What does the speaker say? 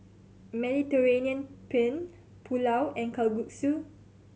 Mediterranean Penne Pulao and Kalguksu